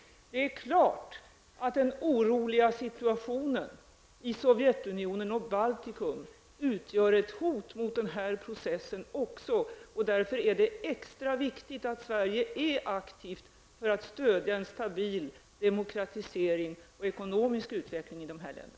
Det är klart att den oroliga situationen i Sovjetunionen och Baltikum utgör ett hot mot denna process. Därför är det extra viktigt att Sverige är aktivt för att stödja en stabil demokratisering och ekonomisk utveckling i dessa länder.